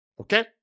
Okay